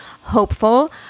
hopeful